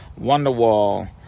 Wonderwall